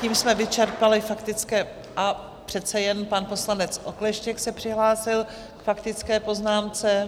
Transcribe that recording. Tím jsme vyčerpali faktické a přece jen, pan poslanec Okleštěk se přihlásil k faktické poznámce.